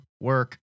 work